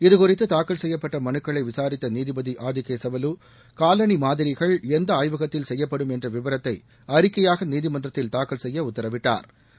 இதுகுறித்து தாக்கல் செய்யப்பட்ட மனுக்களை விசாரித்த நீதிபதி ஆதிகேசவலு காலணி மாதிரிகள் எந்த ஆய்வகத்தில் செய்யப்படும் என்ற விவரத்தை அறிக்கையாக நீதிமன்றத்தில் தாக்கல் செய்ய உத்தரவிட்டாள்